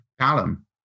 Callum